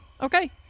Okay